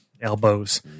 Elbows